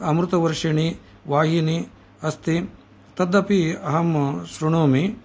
अमृतवर्षिणि वाहिनी अस्ति तदपि अहं श्रुणोमि